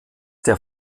der